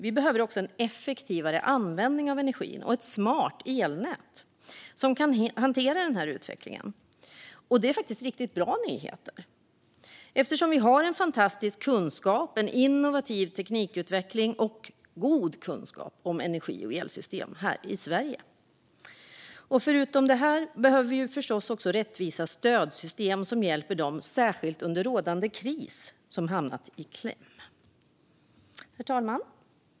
Vi behöver också en effektivare användning av energin och ett smart elnät som kan hantera den här utvecklingen. Det är faktiskt riktigt bra nyheter eftersom vi har en fantastisk kunskap, innovativ teknikutveckling och god kunskap om energi och elsystem här i Sverige. Utöver det här behöver vi förstås också rättvisa stödsystem som hjälper dem som särskilt under rådande kris har hamnat i kläm. Herr talman!